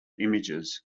images